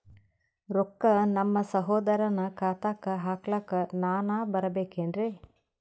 ರೊಕ್ಕ ನಮ್ಮಸಹೋದರನ ಖಾತಾಕ್ಕ ಹಾಕ್ಲಕ ನಾನಾ ಬರಬೇಕೆನ್ರೀ?